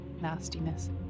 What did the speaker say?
nastiness